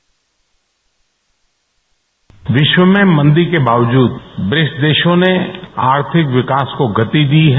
bite विश्व में मंदी के बावजूद ब्रिक्स देशों ने आर्थिक विकास को गति दी है